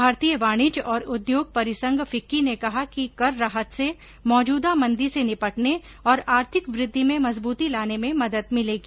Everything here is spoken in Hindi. भारतीय वाणिज्य और उद्योग परिसंघ फिक्की ने कहा कि कर राहत से मौजूदा मंदी से निपटने और आर्थिक वृद्धि में मजबूती लाने में मदद मिलेगी